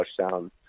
touchdown